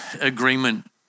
agreement